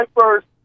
first